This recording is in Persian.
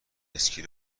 اسکی